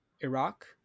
Iraq